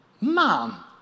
Mom